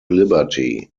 liberty